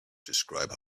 describe